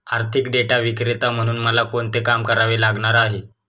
आर्थिक डेटा विक्रेता म्हणून मला कोणते काम करावे लागणार आहे?